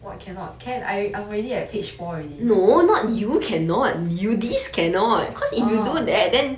what cannot can I I'm already at page four already you this cannot orh